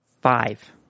Five